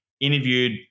interviewed